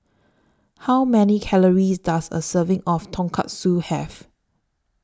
How Many Calories Does A Serving of Tonkatsu Have